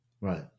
Right